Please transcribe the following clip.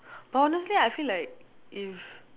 but honestly I feel like if